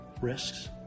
risks